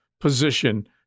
position